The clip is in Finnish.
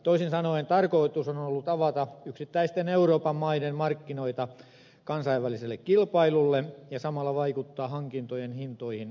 toisin sanoen tarkoitus on ollut avata yksittäisten euroopan maiden markkinoita kansainväliselle kilpailulle ja samalla vaikuttaa hankintojen hintoihin alentavasti